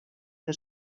que